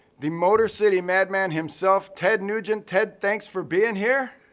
the motor city madman himself, ted nugent. ted, thanks for being here.